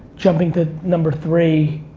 jumping to number three,